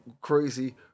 crazy